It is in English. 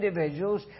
individuals